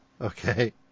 okay